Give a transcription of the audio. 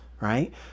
Right